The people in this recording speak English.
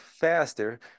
faster